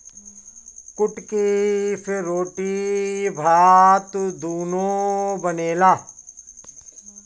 कुटकी से रोटी भात दूनो बनेला